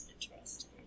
Interesting